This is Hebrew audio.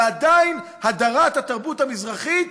ועדיין הדרת התרבות המזרחית,